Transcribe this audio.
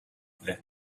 let